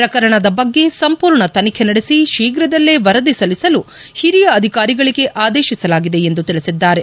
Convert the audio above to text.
ಪ್ರಕರಣದ ಬಗ್ಗೆ ಸಂಪೂರ್ಣ ತನಿಖೆ ನಡೆಸಿ ಶೀಘ್ರದಲ್ಲಿ ವರದಿ ಸಲ್ಲಿಸಲು ಹಿರಿಯ ಅಧಿಕಾರಿಗಳಿಗೆ ಆದೇತಿಸಲಾಗಿದೆ ಎಂದು ತಿಳಿಸಿದ್ದಾರೆ